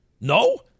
No